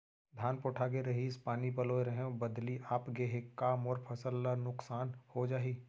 धान पोठागे रहीस, पानी पलोय रहेंव, बदली आप गे हे, का मोर फसल ल नुकसान हो जाही?